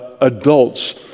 adults